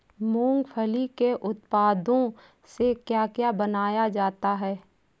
मूंगफली के उत्पादों से क्या क्या बनाया जाता है?